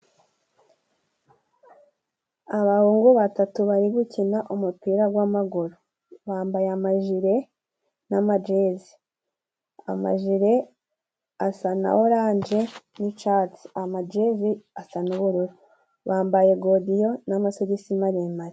Abahungu batatu bari gukina umupira gw'amaguru bambaye amajire n'amajezi. Amajire asa na oranje n'icatsi ,amajezi asa n'ubururu, bambaye godiyo n'amasogisi maremare.